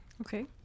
Okay